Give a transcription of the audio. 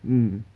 mm